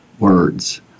words